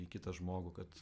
į kitą žmogų kad